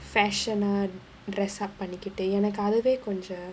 fashion uh dress up பண்ணிக்கிட்டு எனக்கு அதுவே கொஞ்ச:pannikkittu enakku athuvae konja